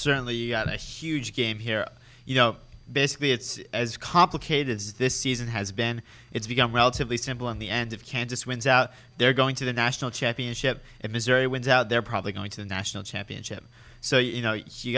certainly a huge game here you know basically it's as complicated as this season has been it's become relatively simple in the end of kansas wins out there going to the national championship if missouri wins out there probably going to the national championship so you know